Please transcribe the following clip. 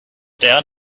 down